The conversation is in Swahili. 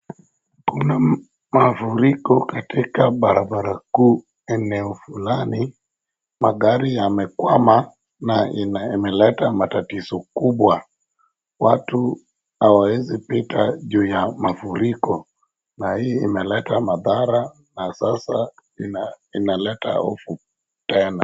Kuna mafuriko katiika barabara kuu eneo fulani, magari yamekwama na imeleta matatizo kubwa, watu hawaezi pita juu ya mafuriko na hii imeleta madhara na sasa inaleta hofu tena.